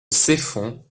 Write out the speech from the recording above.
ceffonds